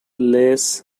less